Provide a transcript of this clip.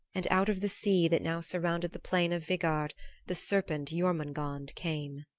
and out of the sea that now surrounded the plain of vigard the serpent jormungand came.